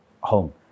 home